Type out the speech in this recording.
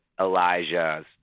Elijah's